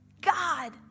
God